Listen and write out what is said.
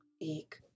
Eek